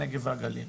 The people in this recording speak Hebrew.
הנגב והגליל.